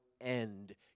end